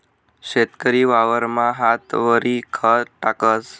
शेतकरी वावरमा हातवरी खत टाकस